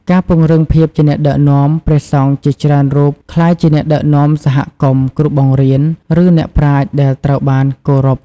ការពង្រឹងភាពជាអ្នកដឹកនាំ ព្រះសង្ឃជាច្រើនរូបក្លាយជាអ្នកដឹកនាំសហគមន៍ គ្រូបង្រៀន ឬអ្នកប្រាជ្ញដែលត្រូវបានគោរព។